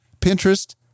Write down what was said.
Pinterest